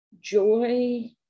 joy